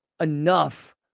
enough